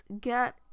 get